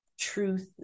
truth